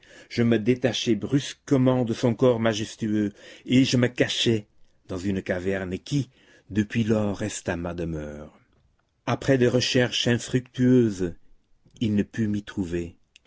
je me détachai brusquement de son corps majestueux et je me cachai dans une caverne qui depuis lors resta ma demeure après des recherches infructueuses il ne put m'y trouver